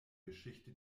geschichte